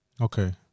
okay